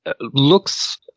looks